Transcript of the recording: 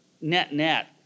net-net